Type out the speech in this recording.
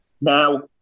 Now